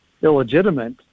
illegitimate